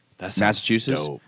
Massachusetts